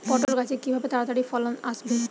পটল গাছে কিভাবে তাড়াতাড়ি ফলন আসবে?